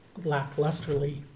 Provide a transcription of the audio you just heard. lacklusterly